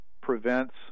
prevents